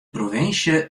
provinsje